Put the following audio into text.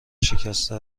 شکسته